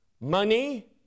money